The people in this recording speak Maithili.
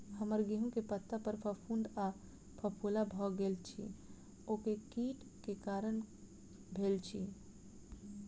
हम्मर गेंहूँ केँ पत्ता पर फफूंद आ फफोला भऽ गेल अछि, ओ केँ कीट केँ कारण भेल अछि?